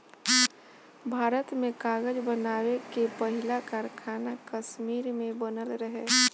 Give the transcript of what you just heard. भारत में कागज़ बनावे के पहिला कारखाना कश्मीर में बनल रहे